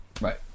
Right